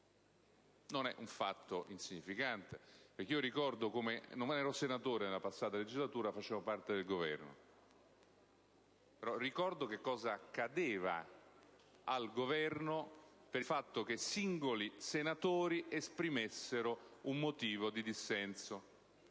non è un fatto insignificante. Non ero senatore, nella passata legislatura, facevo parte del Governo: ricordo che cosa accadeva al Governo per il fatto che singoli senatori esprimessero un motivo di dissenso.